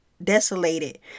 Desolated